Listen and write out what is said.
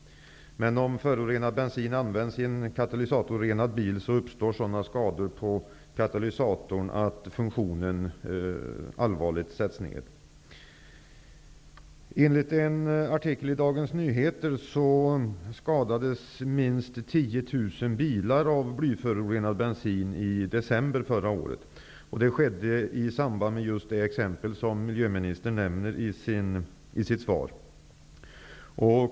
Men om förorenad bensin används i en katalysatorrenad bil uppstår sådana skador på katalysatorn att funktionen allvarligt försämras. 10 000 bilar av blyförorenad bensin i december förra året. Det skedde i samband med just det exempel som miljöministern nämner i sitt svar.